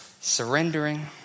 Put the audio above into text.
surrendering